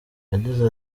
yagize